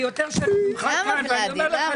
אני יותר שנים ממך ואני אומר לך,